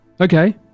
okay